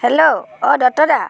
hello অঁ দত্ত দা